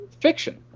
fiction